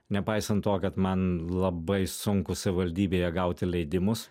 nepaisant to kad man labai sunku savivaldybėje gauti leidimus